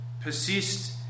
Persist